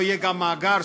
לא יהיה גם מאגר,